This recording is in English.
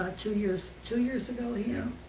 two years two years ago, ah ham?